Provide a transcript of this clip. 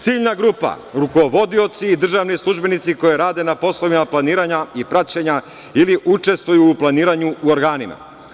Ciljna grupa – rukovodioci i državni službenici koji rade na poslovima planiranja i praćenja ili učestvuju u planiranju u organima.